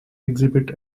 exhibit